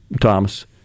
Thomas